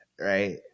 right